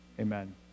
Amen